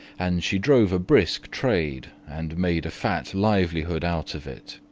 and she drove a brisk trade, and made a fat livelihood out of it.